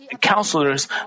counselors